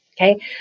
Okay